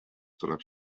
tuleb